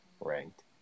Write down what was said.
ranked